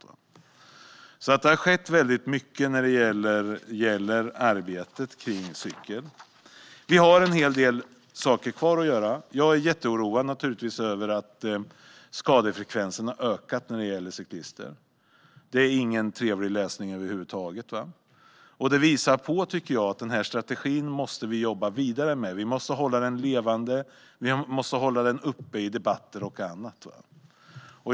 Det har alltså skett väldigt mycket när det gäller arbetet kring cykling, även om vi har en hel del saker kvar att göra. Jag är naturligtvis jätteoroad över att skadefrekvensen har ökat när det gäller cyklister. Det är ingen trevlig läsning över huvud taget, och jag tycker att det visar att vi måste jobba vidare med den här strategin. Vi måste hålla den levande, vi måste hålla den uppe i debatten och annat.